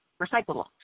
recyclable